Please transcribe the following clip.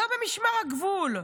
לא במשמר הגבול.